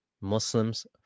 Muslims